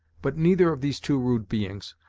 but neither of these two rude beings,